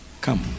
Come